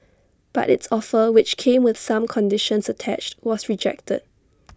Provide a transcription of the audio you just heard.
but its offer which came with some conditions attached was rejected